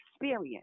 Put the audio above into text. experience